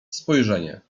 spojrzenie